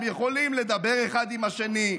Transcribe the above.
הם יכולים לדבר אחד עם השני,